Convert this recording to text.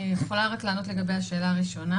ענת יש איזה שהוא חוסר דיוק בנתונים.